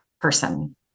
person